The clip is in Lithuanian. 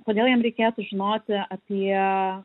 kodėl jam reikėtų žinoti apie